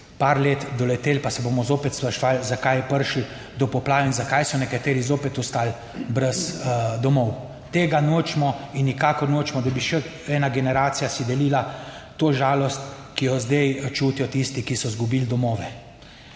par let doletelo, pa se bomo zopet spraševali, zakaj je prišlo do poplav in zakaj so nekateri zopet ostali brez domov. Tega nočemo in nikakor nočemo, da bi še ena generacija si delila to žalost, ki jo zdaj čutijo tisti, ki so izgubili domove.